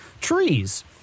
trees